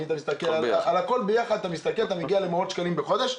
ואם אתה מסתכל על הכול ביחד אתה מגיע למאות שקלים בחודש.